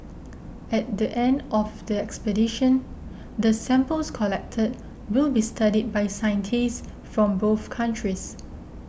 at the end of the expedition the samples collected will be studied by scientists from both countries